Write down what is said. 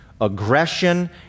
aggression